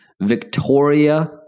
Victoria